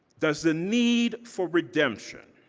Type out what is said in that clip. does the need for redemption,